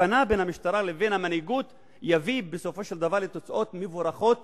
הבנה בין המשטרה לבין המנהיגות תביא בסופו של דבר לתוצאות מבורכות